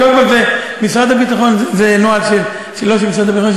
קודם כול זה נוהל לא של משרד הביטחון,